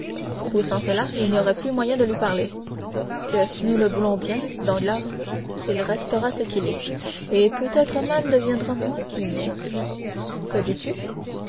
sans cela il n'y aura plus moyen de lui parler que si nous le voulons bien dit danglars il restera ce qu'il est et peut-être même deviendra moins qu'il n'est que dis-tu